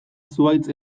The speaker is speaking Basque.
zuhaitz